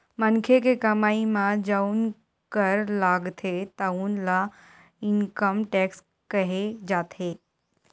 मनखे के कमई म जउन कर लागथे तउन ल इनकम टेक्स केहे जाथे